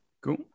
Cool